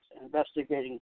investigating